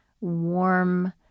warm